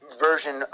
version